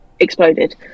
Exploded